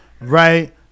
Right